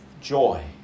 joy